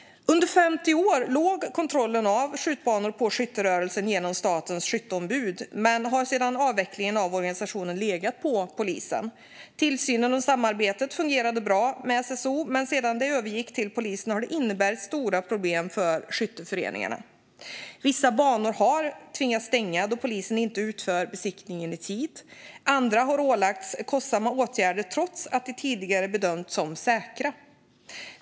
Under 50 år låg kontrollen av skjutbanor på skytterörelsen genom Statens skytteombud, men sedan avvecklingen av organisationen har den legat på polisen. Tillsynen och samarbetet fungerade bra med SSO, men sedan detta övergick till polisen har det inneburit stora problem för skytteföreningarna. Vissa banor har tvingats stänga då polisen inte utfört besiktningen i tid. Andra har ålagts kostsamma åtgärder trots att de tidigare bedömts som säkra.